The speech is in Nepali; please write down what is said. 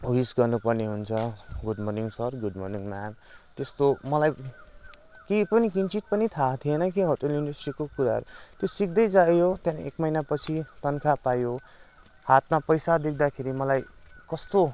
विस गर्नु पर्ने हुन्छ good morning sir good morning ma'am त्यस्तो मलाई केही पनि किञ्चित पनि थाहा थिएन होटेल इन्डस्ट्रीको कुराहरू त्यो सिक्दै गयो अनि एक महिनापछि तनखा पायो हातमा पैसा देख्दाखेरि मलाई कस्तो